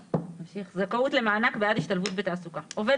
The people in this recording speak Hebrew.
זכאות למענק בעד השתלבות בתעסוקה עובד